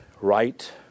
right